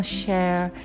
share